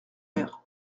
mer